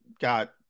got